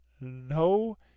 no